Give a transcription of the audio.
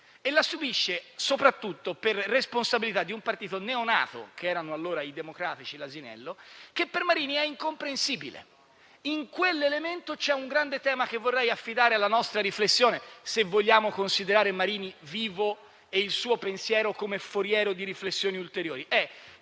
e la subisce soprattutto per responsabilità di un partito neonato che erano allora I Democratici (l'asinello) che per Marini è incomprensibile. In quell'elemento c'è un grande tema che vorrei affidare alla nostra riflessione, se vogliamo considerare Marini vivo e il suo pensiero come foriero di riflessioni ulteriori: